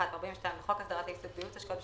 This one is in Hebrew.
ו-42 לחוק הסדרת העיסוק בייעוץ השקעות,